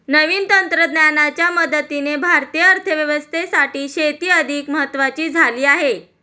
नवीन तंत्रज्ञानाच्या मदतीने भारतीय अर्थव्यवस्थेसाठी शेती अधिक महत्वाची झाली आहे